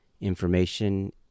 information